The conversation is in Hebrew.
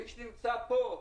מי שנמצא כאן,